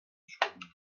schrubben